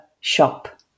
shop